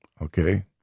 okay